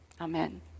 Amen